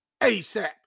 ASAP